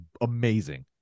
amazing